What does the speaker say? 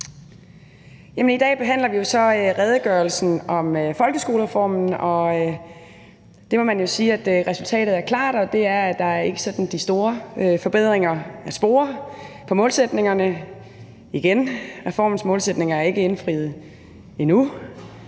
I dag behandler vi så redegørelsen om folkeskolereformen, og man må jo sige, at resultatet er klart, og det er, at der ikke er de store forbedringer at spore på målsætningerne; igen er reformens målsætninger ikke indfriet.